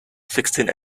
sixteen